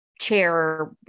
chair